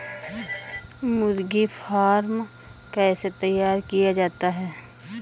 मुर्गी फार्म कैसे तैयार किया जाता है?